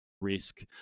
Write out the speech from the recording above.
risk